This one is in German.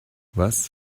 was